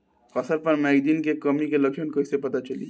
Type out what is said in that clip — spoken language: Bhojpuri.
फसल पर मैगनीज के कमी के लक्षण कइसे पता चली?